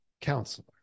counselor